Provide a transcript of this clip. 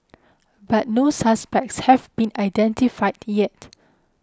but no suspects have been identified yet